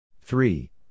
three